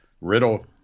Riddle